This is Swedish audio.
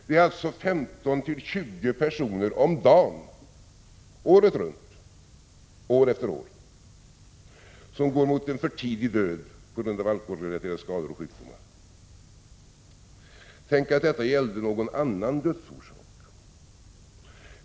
Det är alltså 15-20 personer om dagen året runt, år efter år, som går mot en för tidig död på grund av alkoholrelaterade skador och sjukdomar. Tänk om detta gällde någon annan dödsorsak.